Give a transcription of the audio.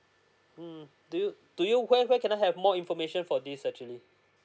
mm do you do you where where can I have more information for these actually